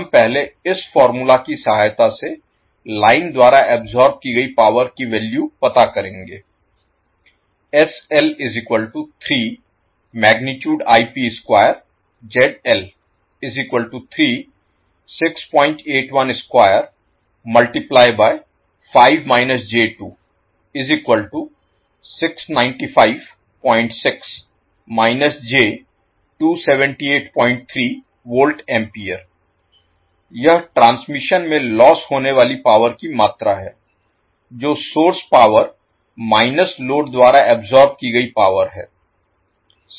हम पहले इस फार्मूला की सहायता से लाइन द्वारा अब्सोर्ब की गई पावर की वैल्यू पता करेंगे यह ट्रांसमिशन में लोस्स होने वाली पावर की मात्रा है जो सोर्स पावर माइनस लोड द्वारा अब्सोर्ब की गई पावर है